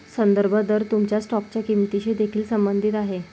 संदर्भ दर तुमच्या स्टॉकच्या किंमतीशी देखील संबंधित आहे